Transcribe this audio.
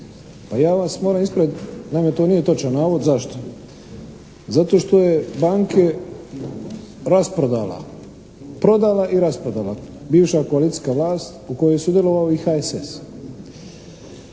pa ja vas moram ispraviti. Naime to nije točan navod. Zašto? Zato što je banke rasprodala, prodala i rasprodala bivša koalicijska vlast u kojoj je sudjelovao i HSS.